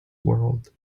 world